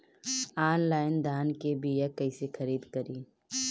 Online धान के बीया कइसे खरीद करी?